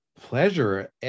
pleasure